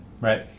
Right